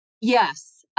Yes